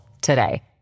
today